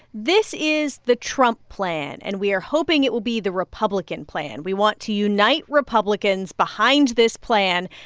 this is the trump plan. and we are hoping it will be the republican plan. we want to unite republicans behind this plan.